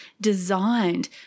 designed